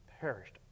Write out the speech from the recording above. perished